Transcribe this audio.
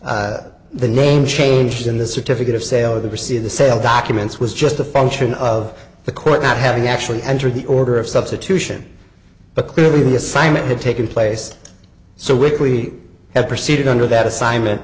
that the name changed in the certificate of sale of the or c the sale documents was just a function of the court not having actually entered the order of substitution but clearly the assignment had taken place so rickly have proceeded under that assignment